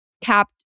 capped